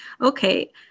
okay